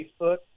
Facebook